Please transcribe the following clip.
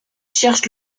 cherchent